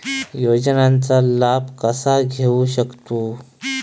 योजनांचा लाभ कसा घेऊ शकतू?